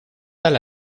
tal